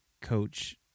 coach